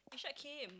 Irshad came